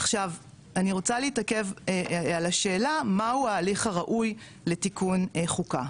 עכשיו אני רוצה להתעכב על השאלה מהו ההליך הראוי לתיקון החוקה?